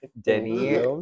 denny